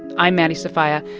i'm maddie sofia.